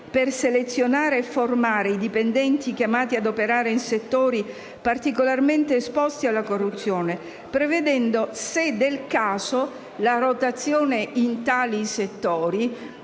per selezionare e formare i dipendenti chiamati ad operare in settori particolarmente esposti alla corruzione prevedendo, se del caso, la rotazione in tali settori».